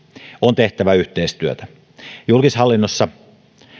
on tehtävä yhteistyötä julkishallinnossa